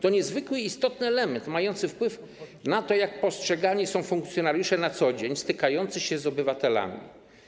To niezwykle istotny element mający wpływ na to, jak postrzegani są funkcjonariusze na co dzień stykający się z obywatelami.